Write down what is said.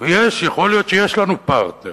ויכול להיות שיש לנו פרטנר.